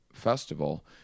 festival